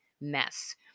mess